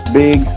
big